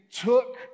took